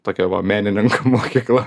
tokia va menininkų mokykla